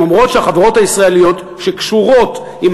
הן אומרות שהחברות הישראליות שקשורות עם